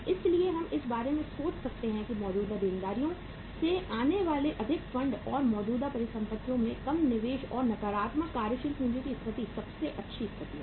इसलिए हम इस बारे में सोच सकते हैं कि मौजूदा देनदारियों से आने वाले अधिक फंड और मौजूदा परिसंपत्तियों में कम निवेश और नकारात्मक कार्यशील पूंजी की स्थिति सबसे अच्छी स्थिति है